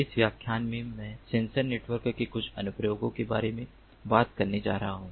इस व्याख्यान में मैं सेंसर नेटवर्क के कुछ अनुप्रयोगों के बारे में बात करने जा रहा हूं